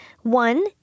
one